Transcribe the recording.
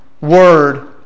Word